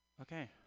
okay